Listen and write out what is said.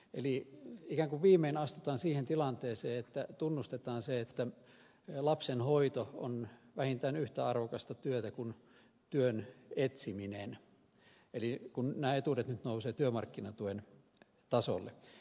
ikään kuin viimein astutaan siihen tilanteeseen että tunnustetaan se että lapsen hoito on vähintään yhtä arvokasta työtä kuin työn etsiminen kun nämä etuudet nyt nousevat työmarkkinatuen tasolle